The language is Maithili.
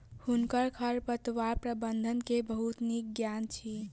हुनका खरपतवार प्रबंधन के बहुत नीक ज्ञान अछि